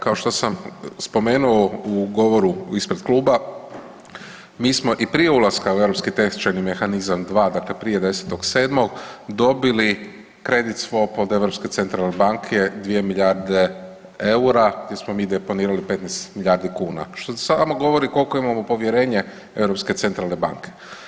Kao što sam spomenuo u govoru ispred Kluba mi smo i prije ulaska u europski tečajni mehanizam dva dakle prije 10. 07. dobili … od Europske centralne banke 2 milijarde eura gdje smo mi deponirali 15 milijardi kuna što samo govori koliko imamo povjerenje Europske centralne banke.